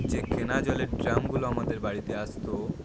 যে কেনা জলের ড্রামগুলো আমাদের বাড়িতে আসত